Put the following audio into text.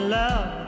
love